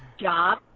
Job